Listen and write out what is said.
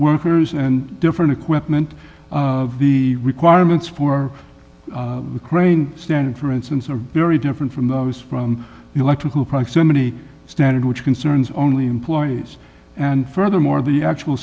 workers and different equipment of the requirements for the crane standing for instance are very different from the i was from the electrical proximity standard which concerns only employees and furthermore the actual